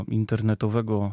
internetowego